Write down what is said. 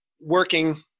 working